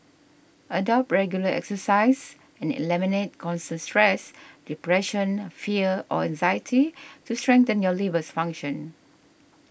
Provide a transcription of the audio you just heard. adopt regular exercise and eliminate constant stress depression fear or anxiety to strengthen your liver's function